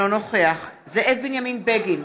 אינו נוכח זאב בנימין בגין,